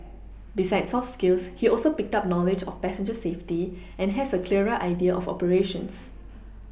besides soft skills he also picked up knowledge of passenger safety and has a clearer idea of operations